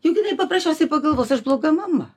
juk jinai paprasčiausiai pagalvos aš bloga mama